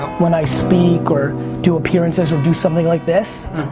when i speak, or do appearances, or do something like this,